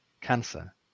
cancer